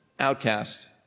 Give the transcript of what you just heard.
outcast